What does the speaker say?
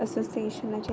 असोसिएशनाची